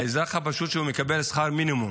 האזרח הפשוט שמקבל שכר מינימום.